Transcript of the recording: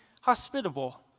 hospitable